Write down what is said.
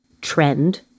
trend